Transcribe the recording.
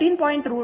23 ಮತ್ತು 13